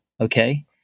okay